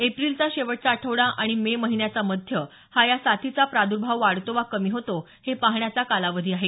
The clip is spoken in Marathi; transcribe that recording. एप्रिलचा शेवटचा आठवडा आणि मे महिन्याचा मध्य हा या साथीचा प्रादुर्भाव वाढतो वा कमी होतो हे पाहण्याचा कालावधी आहे